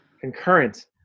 concurrent